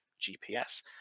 gps